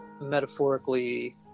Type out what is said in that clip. metaphorically